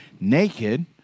naked